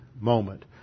moment